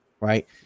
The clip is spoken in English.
right